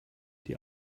die